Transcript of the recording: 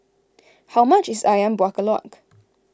how much is Ayam Buah Keluak